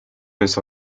donnait